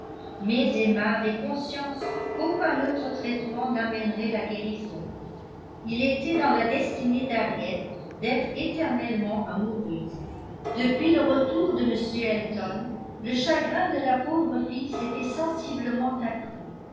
mais emma avait conscience qu'aucun autre traitement n'amènerait la guérison il était dans la destinée d'henriette d'être éternellement amoureuse depuis le retour de m elton le chagrin de la pauvre fille s'était sensiblement accru